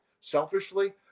selfishly